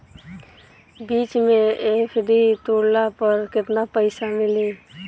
बीच मे एफ.डी तुड़ला पर केतना पईसा मिली?